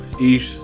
eat